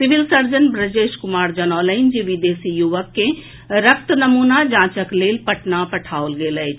civil surgeon Brajesh Kumar जनौलनि जे विदेशी युवक के रक्त नमूना जांचक लेल पटना पठाओल गेल अछि